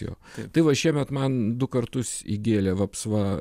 jo tai va šiemet man du kartus įgėlė vapsva